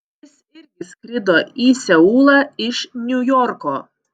jis irgi skrido į seulą iš niujorko